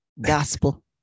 gospel